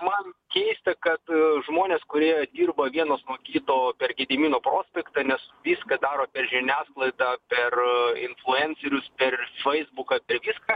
man keista kad žmonės kurie dirba vienas nuo kito per gedimino prospektą nes viską daro per žiniasklaidą per influencerius per feisbuką per viską